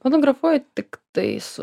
fotografuoju tik tais